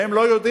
והם לא יודעים,